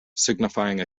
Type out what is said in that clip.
signifying